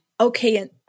Okay